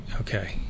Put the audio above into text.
okay